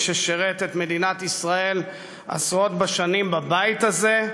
ששירת את מדינת ישראל עשרות בשנים בבית הזה,